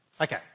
Okay